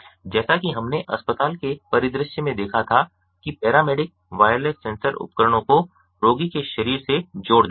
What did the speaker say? जैसा कि हमने अस्पताल के परिदृश्य में देखा था कि पैरामेडिक वायरलेस सेंसर उपकरणों को रोगी के शरीर से जोड़ देता है